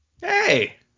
hey